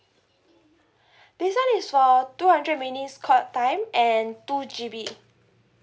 this [one] is for two hundred minutes call time and two G_B